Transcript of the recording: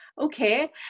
Okay